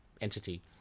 entity